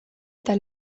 eta